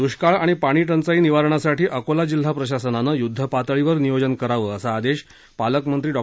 दुष्काळ आणि पाणीटंचाई निवारणासाठी अकोला जिल्हा प्रशासनानं युद्धपातळीवर नियोजन करावं असा आदेश पालकमंत्री डॉ